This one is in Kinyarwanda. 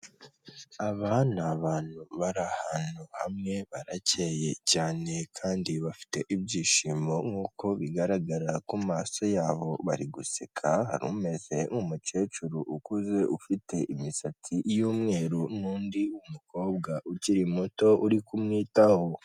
Aba ni abantu bari ahantu hamwe baracyeye cyane kandi bafite ibyishimo nk'uko bigaragara ku maso yabo bari guseka, hari umeze nk'umukecuru ukuze ufite imisatsi y'umweru n'undi w'umukobwa ukiri muto uri kumwitaho.